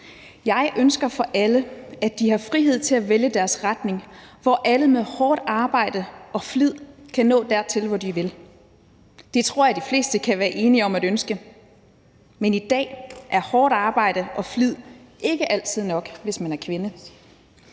Jeg ønsker for alle, at de har frihed til at vælge deres retning, hvor alle med hårdt arbejde og flid kan nå dertil, hvor de vil. Det tror jeg de fleste kan være enige om at ønske. Men i dag er hårdt arbejde og flid ikke altid nok, hvis man er kvinde.